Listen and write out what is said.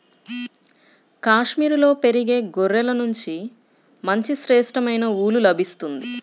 కాశ్మీరులో పెరిగే గొర్రెల నుంచి మంచి శ్రేష్టమైన ఊలు లభిస్తుంది